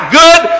good